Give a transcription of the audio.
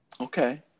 Okay